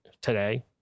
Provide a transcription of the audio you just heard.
today